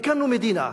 הקמנו מדינה,